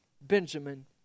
Benjamin